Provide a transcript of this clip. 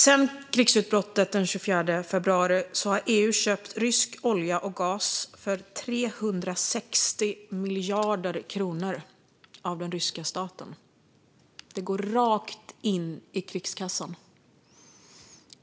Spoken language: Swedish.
Sedan krigsutbrottet den 24 februari har EU köpt rysk olja och gas av den ryska staten för 360 miljarder kronor. Det går rakt in i krigskassan.